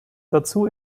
dazu